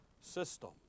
system